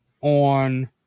on